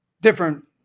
Different